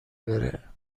بره